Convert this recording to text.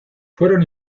fueron